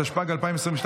התשפ"ג 2022,